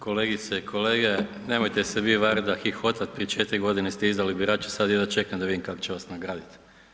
Kolegice i kolege, nemojte se vi Varda hihotat, prije 4.g. ste izdali birače, sad jedva čekam da vidim kako će vas nagradit.